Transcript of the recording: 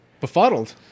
Befuddled